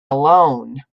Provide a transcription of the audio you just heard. alone